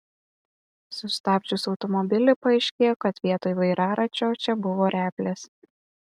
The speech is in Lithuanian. sustabdžius automobilį paaiškėjo kad vietoj vairaračio čia buvo replės